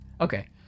Okay